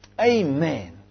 Amen